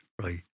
right